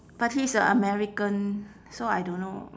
but he is a american so I don't know